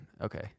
Okay